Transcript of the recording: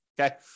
Okay